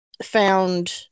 found